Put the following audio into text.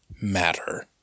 matter